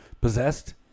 possessed